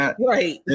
right